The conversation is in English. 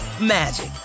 magic